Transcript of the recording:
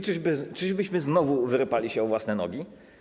Czyżbyśmy znowu wyrypali się o własne nogi?